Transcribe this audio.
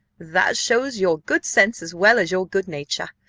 that shows your good sense as well as your good nature.